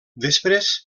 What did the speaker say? després